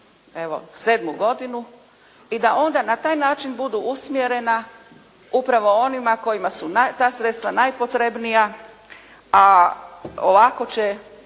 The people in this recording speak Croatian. evo sedmu godinu i da onda na taj način budu usmjerena upravo onima kojima su ta sredstva najpotrebnija a ovako će